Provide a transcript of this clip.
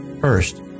first